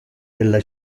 della